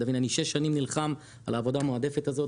אני שש שנים נלחם על העבודה המועדפת הזאת,